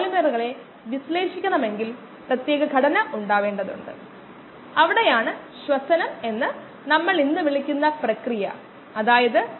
അടിസ്ഥാനപരമായി ബയോപ്രൊസസ്സുകളുടെ ചില ഉദാഹരണങ്ങളും കൃത്യമായി ഒരു ബയോപ്രൊസസ് എന്താണെന്നും ബയോപ്രൊസക്ടറിന്റെ ഹൃദയഭാഗത്ത് ബയോ റിയാക്ടർ ഉണ്ടെന്നും എല്ലാം